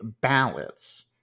ballots